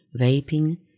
vaping